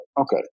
Okay